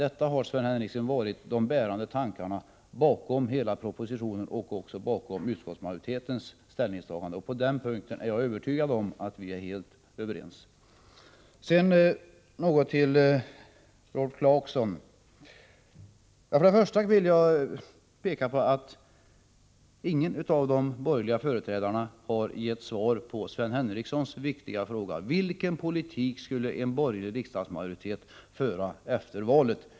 Detta, Sven Henricsson, har varit de bärande tankarna bakom hela propositionen och också bakom utskottsmajoritetens ställningstagande. På denna punkt är jag övertygad om att vi är helt överens. Sedan några ord till Rolf Clarkson. Jag vill först peka på att ingen av de borgerliga har gett svar på Sven Henricssons viktiga fråga: Vilken politik skulle en borgerlig riksdagsmajoritet föra efter valet?